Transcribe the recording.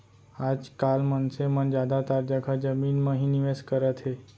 आज काल मनसे मन जादातर जघा जमीन म ही निवेस करत हे